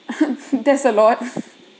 that's a lot